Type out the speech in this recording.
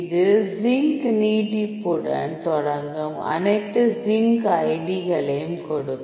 இது சிங்க் நீட்டிப்புடன் தொடங்கும் அனைத்து சிங்க் ஐடிகளையும் கொடுக்கும்